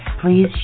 please